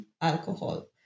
alcohol